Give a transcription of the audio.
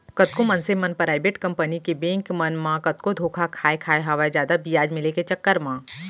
कतको मनसे मन पराइबेट कंपनी के बेंक मन म कतको धोखा खाय खाय हवय जादा बियाज मिले के चक्कर म